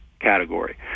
category